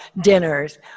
dinners